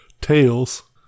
Tails